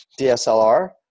DSLR